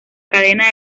cadena